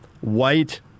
white